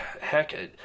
heck